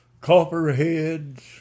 copperheads